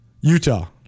Utah